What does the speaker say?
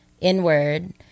inward